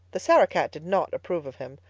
the sarah-cat did not approve of him.